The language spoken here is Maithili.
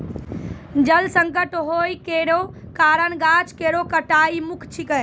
जल संकट होय केरो कारण गाछ केरो कटाई मुख्य छिकै